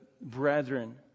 brethren